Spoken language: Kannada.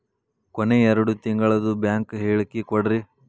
ಕೊನೆ ಎರಡು ತಿಂಗಳದು ಬ್ಯಾಂಕ್ ಹೇಳಕಿ ಕೊಡ್ರಿ